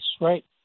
right